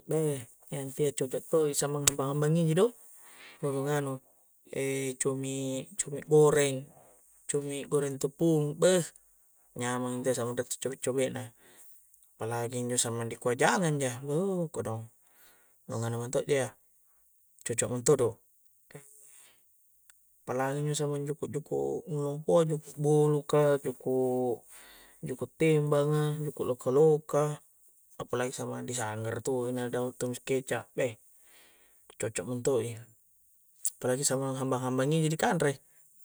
Beh iya intu' cocok to'i samang hambang-hambangi'a ji do' lolong anu' e' cumi', cumi' goreng cumi' goreng intu' tepung beh nyamang injo' sama re' cobe-cobe na palagi injo sama di kua' jangang' ja weh kodong nu nganu' minto' ja ya coco' muntodo' e' palagi injo' samang njo' juku'-juku' nu pojo'ki bolu ka juku' tembanga juku' loka-loka' palagi samang di sanggara tu na dahu' tumisi keca' beh cocok munto'i, palagi samang hambang-hambangi'ji di kanre